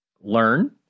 learn